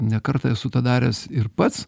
ne kartą esu tą daręs ir pats